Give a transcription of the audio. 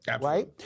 right